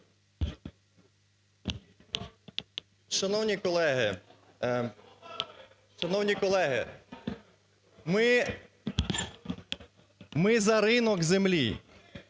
шановні колеги, ми за ринок землі,